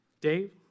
Dave